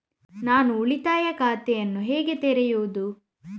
ನಾನು ಉಳಿತಾಯ ಖಾತೆಯನ್ನು ಹೇಗೆ ತೆರೆಯುದು?